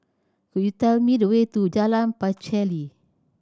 could you tell me the way to Jalan Pacheli